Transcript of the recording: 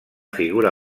figura